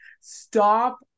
stop